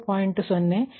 0 ಹಾಗೂ 𝛿300